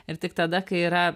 ir tik tada kai yra